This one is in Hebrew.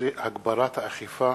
13) (הגברת האכיפה),